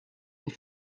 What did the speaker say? les